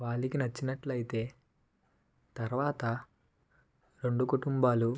వారికి నచ్చినట్లయితే తర్వాత రెండు కుటుంబాలు